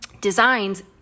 designs